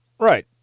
Right